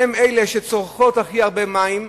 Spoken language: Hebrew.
שהן אלה שצורכות הכי הרבה מים,